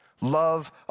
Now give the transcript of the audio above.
Love